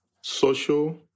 social